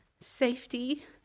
safety